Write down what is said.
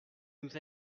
nous